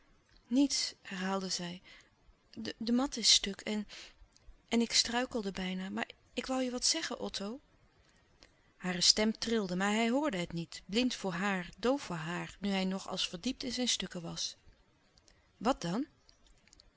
niets herhaalde zij de mat is stuk en en ik struikelde bijna maar ik woû je wat zeggen otto hare stem trilde maar hij hoorde het niet blind voor haar doof voor haar nu hij nog als verdiept in zijn stukken was wat dan